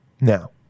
Now